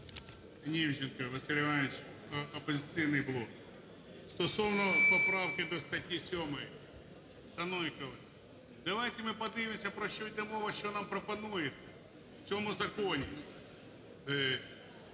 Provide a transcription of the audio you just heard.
Німченко, Василь Іванович, "Опозиційний блок". Стосовно поправки до статті 7. Шановні колеги, давайте ми подивимося, про що йде мова, що нам пропонують в цьому законі.